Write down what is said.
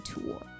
tour